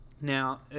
now